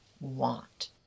want